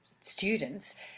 students